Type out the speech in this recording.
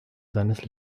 seines